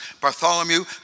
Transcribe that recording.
Bartholomew